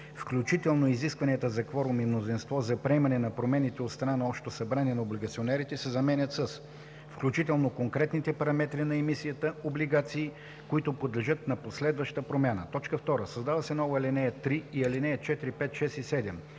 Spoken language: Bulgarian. „включително изискванията за кворум и мнозинство за приемане на промените от страна на общото събрание на облигационерите” се заменят с „включително конкретните параметри на емисията облигации, които подлежат на последваща промяна”. 2. Създават се нова ал. 3 и алинеи 4, 5, 6 и 7: